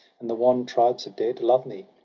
and the wan tribes of dead love me,